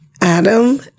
Adam